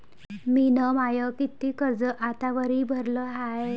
मिन माय कितीक कर्ज आतावरी भरलं हाय?